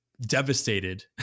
devastated